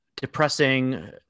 depressing